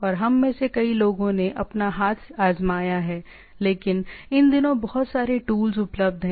और हम में से कई लोगों ने अपना हाथ आजमाया है लेकिन इन दिनों बहुत सारे टूल्स उपलब्ध हैं